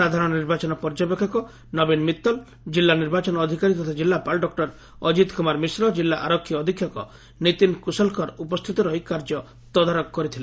ସାଧାରଣ ନିର୍ବାଚନ ପର୍ଯ୍ୟବେଷକ ନବୀନ ମିଉଲ କିଲ୍କ ନିର୍ବାଚନ ଅଧିକାରୀ ତଥା ଜିଲ୍ଲାପାଳ ଡଃ ଅଜିତ କୁମାର ମିଶ୍ର ଜିଲ୍ଲା ଆରକ୍ଷୀ ଅଧିକ୍ଷକ ନିତିନ କୁଶଲକର ଉପସ୍ରିତ ରହି କାର୍ଯ୍ୟ ତଦାରଖ କରିଥିଲେ